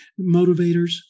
motivators